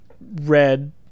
red